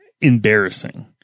embarrassing